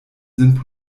sind